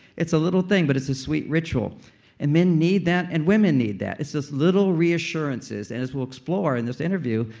it's a little thing, but it's a sweet ritual and men need that and women need that. it's those little reassurances, and as we'll explore in this interview,